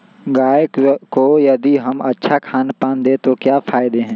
गाय को यदि हम अच्छा खानपान दें तो क्या फायदे हैं?